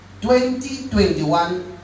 2021